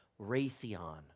Raytheon